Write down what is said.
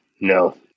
no